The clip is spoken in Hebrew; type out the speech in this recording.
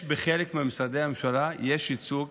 בחלק ממשרדי הממשלה יש ייצוג,